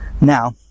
Now